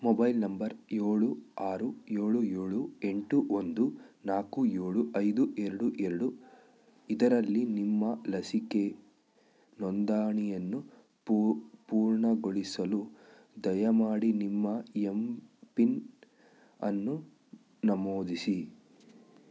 mobile number ಏಳು ಆರು ಏಳು ಏಳು ಎಂಟು ಒಂದು ನಾಲ್ಕು ಏಳು ಐದು ಎರಡು ಎರಡು ಇದರಲ್ಲಿ ನಿಮ್ಮ ಲಸಿಕೆ ನೋಂದಣಿಯನ್ನು ಪೂರ್ಣಗೊಳಿಸಲು ದಯಮಾಡಿ ನಿಮ್ಮ ಎಂ ಪಿನ್ ಅನ್ನು ನಮೂದಿಸಿ